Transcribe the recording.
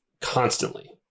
constantly